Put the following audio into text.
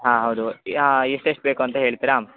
ಹಾಂ ಹೌದು ಎಷ್ಟೆಷ್ಟು ಬೇಕು ಅಂತ ಹೇಳ್ತೀರಾ